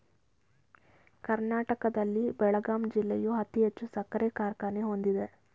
ಕರ್ನಾಟಕದಲ್ಲಿ ಬೆಳಗಾಂ ಜಿಲ್ಲೆಯು ಅತಿ ಹೆಚ್ಚು ಸಕ್ಕರೆ ಕಾರ್ಖಾನೆ ಹೊಂದಿದೆ